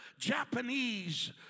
Japanese